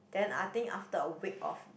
then I think after a week of